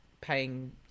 paying